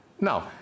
Now